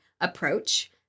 approach